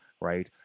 Right